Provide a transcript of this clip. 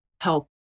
help